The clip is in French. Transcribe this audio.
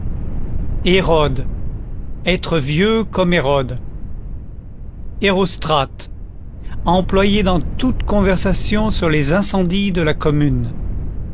hérode etre vieux comme hérode hérostrate a employer dans toute conversation sur les incendies de la commune